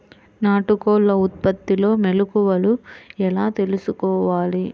నాటుకోళ్ల ఉత్పత్తిలో మెలుకువలు ఎలా తెలుసుకోవాలి?